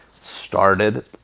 started